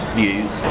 views